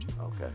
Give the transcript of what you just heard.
Okay